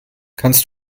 kannst